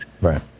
Right